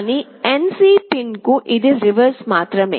కానీ NC పిన్కు ఇది రివర్స్ మాత్రమే